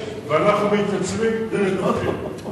ואנחנו מתייצבים ומדווחים.